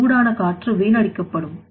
அங்கு சூடான காற்று வீணடிக்கப்படும்